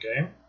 Okay